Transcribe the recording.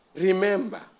remember